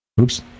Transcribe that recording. oops